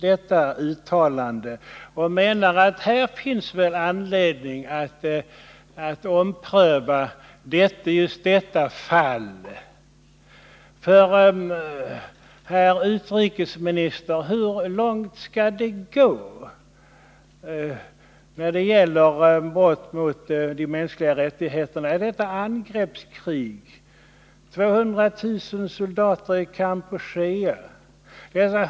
Vi menar att det finns anledning att ompröva biståndet till krigförande länder. Kan brott mot de mänskliga rättigheterna drivas längre än i Vietnams angreppskrig? 200 000 soldater i Kampuchea!